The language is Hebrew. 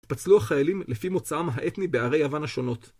התפצלו החיילים לפי מוצאם האתני בערי יוון השונות.